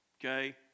Okay